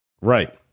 Right